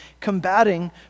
combating